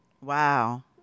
Wow